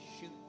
shoot